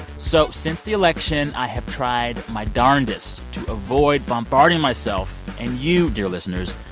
so since the election, i have tried my darndest to avoid bombarding myself and you, dear listeners,